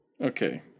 Okay